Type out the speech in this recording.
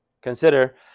consider